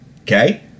okay